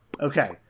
Okay